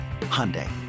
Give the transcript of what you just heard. Hyundai